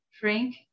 Frank